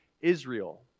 Israel